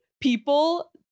people